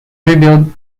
rebuild